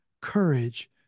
courage